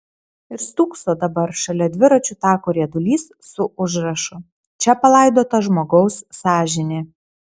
ir stūkso dabar šalia dviračių tako riedulys su užrašu čia palaidota žmogaus sąžinė